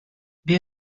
wer